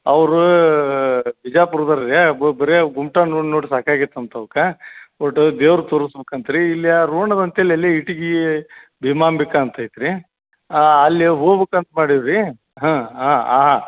ಅವರು ಬಿಜಾಪುರ್ದವ್ರ್ ರೀ ಬರೇ ಗುಮ್ಟಾನೇ ನೋಡಿ ನೋಡಿ ಸಾಕಾಗೈತಂತೆ ಅವ್ಕೆ ಒಟ್ಟು ದೇವರು ತೋರುಸ್ಬೇಕಂತೆ ರೀ ಇಲ್ಲೇ ರೋಣದ ಅಂತ ಎಲ್ಲಿ ಇಟಗಿ ಭೀಮಾಂಬಿಕಾ ಅಂತೈತೆ ರೀ ಅಲ್ಲಿ ಹೋಗ್ಬೇಕ್ ಅಂತ ಮಾಡೀವಿ ರೀ ಹಾಂ ಹಾಂ ಹಾಂ